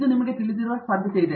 ಇದು ನಿಮಗೆ ತಿಳಿದಿರುವ ಸಾಧ್ಯತೆಯಿದೆ